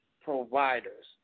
Providers